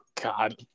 God